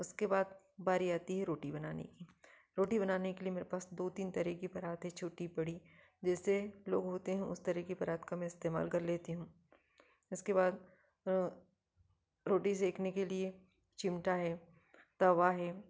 उसके बाद बारी आती है रोटी बनाने की रोटी बनाने के लिए मेरे पास दो तीन तरह के परात हैं छोटी बड़ी जैसे लोग होते हैं उस तरह के परात का मैं इस्तेमाल कर लेती हूँ इसके बाद रोटी सेकने के लिए चिमटा है तवा है